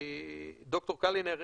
ד"ר קלינר,